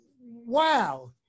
wow